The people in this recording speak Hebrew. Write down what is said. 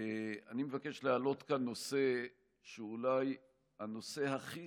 אני מבקש להעלות כאן נושא שאולי הוא הנושא הכי